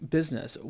Business